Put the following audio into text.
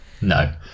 No